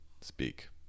speak